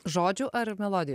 žodžių ar melodijo